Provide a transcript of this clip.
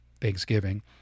Thanksgiving